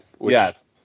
Yes